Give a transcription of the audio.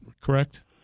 correct